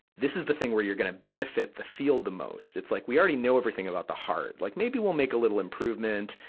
this is the thing where you're gonna benefit the field the most. it's like, we already know everything about the heart. like, maybe we'll make little improvement,